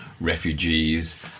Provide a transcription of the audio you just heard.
refugees